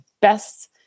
best